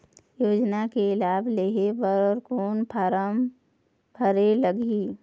योजना के लाभ लेहे बर कोन फार्म भरे लगही?